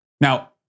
Now